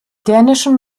dänischen